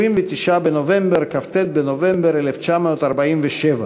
29 בנובמבר, כ"ט בנובמבר 1947,